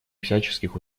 всяческих